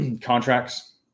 contracts